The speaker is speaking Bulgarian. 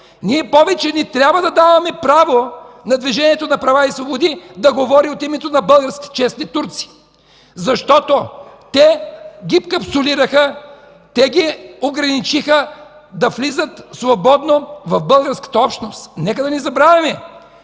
Ние повече не трябва да даваме право на Движението за права и свободи да говори от името на българските честни турци, защото те ги капсулираха, те ги ограничиха да влизат свободно в българската общност. Нека не забравяме,